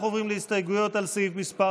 אנחנו עוברים להסתייגויות על סעיף מס'